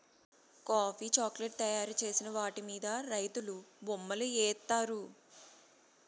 coffee chocolate తయారు చేసిన వాటి మీద రైతులు బొమ్మలు ఏత్తారు